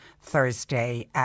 Thursday